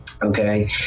okay